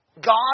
God